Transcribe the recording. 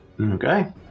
Okay